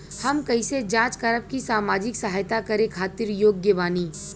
हम कइसे जांच करब की सामाजिक सहायता करे खातिर योग्य बानी?